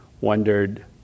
wondered